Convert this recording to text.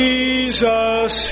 Jesus